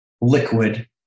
liquid